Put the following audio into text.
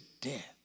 death